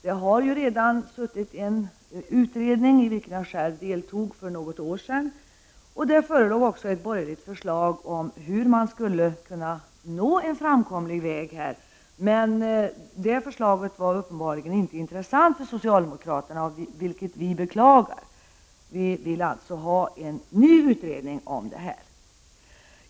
Det har redan gjorts en utredning för något år sedan, i vilken jag själv deltog, och där förelåg också ett borgerligt förslag om hur man skulle kunna nå en framkomlig väg. Men det förslaget var uppenbarligen inte intressant för socialdemokraterna, vilket vi beklagar. Vi vill alltså ha en ny utredning om det här.